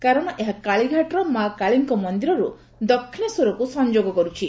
କାରଣ ଏହା କାଳିଘାଟର ମା' କାଳୀଙ୍କ ମନ୍ଦିରରୁ ଦକ୍ଷିଣେଶ୍ୱରକୁ ସଂଯୋଗ କରୁଛି